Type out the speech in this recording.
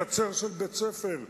מחצר של בית-ספר,